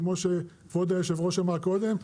כמו שכבוד היושב ראש אמר קודם,